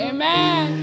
Amen